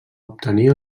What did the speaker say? obtenir